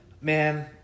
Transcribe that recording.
Man